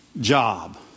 job